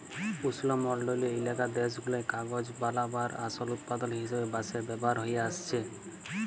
উস্লমলডলিয় ইলাকার দ্যাশগুলায় কাগজ বালাবার আসল উৎপাদল হিসাবে বাঁশের ব্যাভার হঁয়ে আইসছে